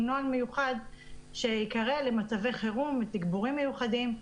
נוהל מיוחד שיהיה למצבי חירום ותגבורים מיוחדים,